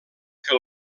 que